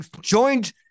joined